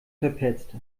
verpetzt